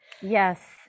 yes